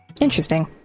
Interesting